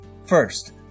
First